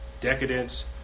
decadence